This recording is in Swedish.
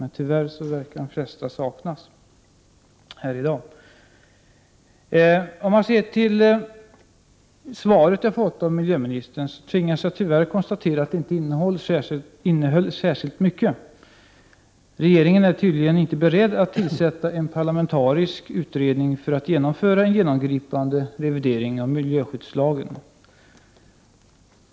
Men tyvärr saknas de flesta partier i kammaren i dag. Miljöministerns svar tvingar till konstaterandet att det inte innehöll särskilt mycket. Regeringen är tydligen inte beredd att tillsätta en parlamentarisk utredning för att genomföra en genomgripande revidering av miljöskyddslagen.